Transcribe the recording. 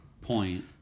point